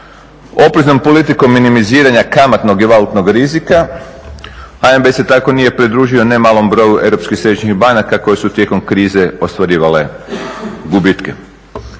Opreznom politikom minimiziranja kamatnog i valutnog rizika HNB se tako nije pridružio nemalom broju europskih središnjih banaka koje su tijekom krize ostvarivale gubitke.